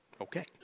Okay